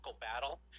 battle